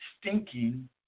stinking